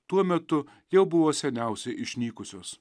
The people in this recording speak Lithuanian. tuo metu jau buvo seniausiai išnykusios